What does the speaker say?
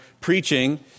preaching